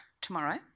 tomorrow